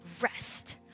rest